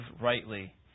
rightly